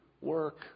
work